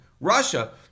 Russia